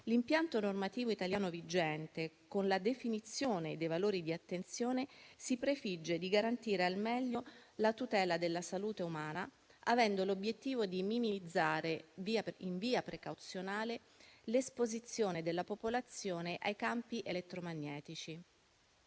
l'impianto normativo italiano vigente, con la definizione dei valori di attenzione, si prefigge di garantire al meglio la tutela della salute umana, avendo l'obiettivo di minimizzare in via precauzionale l'esposizione della popolazione ai campi elettromagnetici.